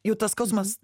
jau tas skausmas